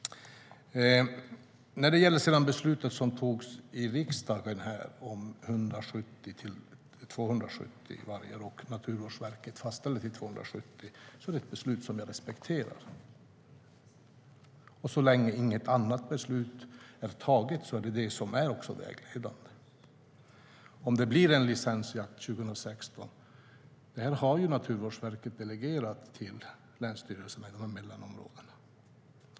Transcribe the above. Jag respekterar det beslut som fattades här i riksdagen om 170-270 vargar. Naturvårdsverket fastställde det till 270. Så länge inget annat beslut har fattats är detta beslut vägledande. När det gäller om det ska bli licensjakt 2016 har Naturvårdsverket delegerat detta till länsstyrelserna i mellanområdena.